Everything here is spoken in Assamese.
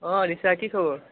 অঁ ৰিচা কি খবৰ